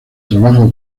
trabajo